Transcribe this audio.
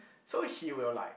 so he will like